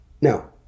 Now